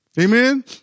Amen